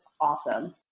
awesome